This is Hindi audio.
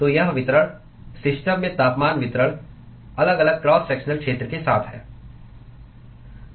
तो यह वितरण सिस्टम में तापमान वितरण अलग अलग क्रॉस सेक्शनल क्षेत्र के साथ है